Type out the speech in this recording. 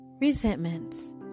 Resentments